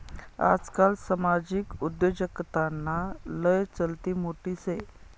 आजकाल सामाजिक उद्योजकताना लय चलती मोठी शे